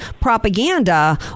propaganda